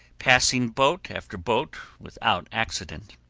passing boat after boat without accident.